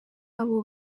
abo